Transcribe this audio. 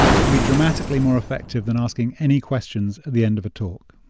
can be dramatically more effective than asking, any questions, at the end of a talk